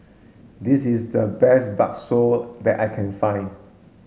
this is the best Bakso that I can find